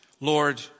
Lord